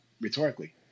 rhetorically